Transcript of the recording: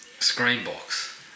Screenbox